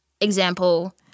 Example